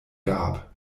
gab